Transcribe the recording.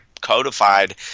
codified